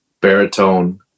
baritone